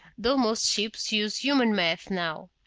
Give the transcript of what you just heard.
though most ships use human math now.